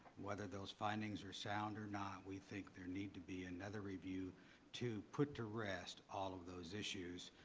whether those findings are sound or not, we think there needs to be another review to put to rest all of those issues.